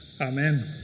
Amen